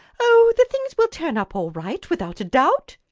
oh! the things will turn up all right, without a doubt,